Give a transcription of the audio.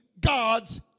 God's